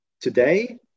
Today